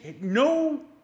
no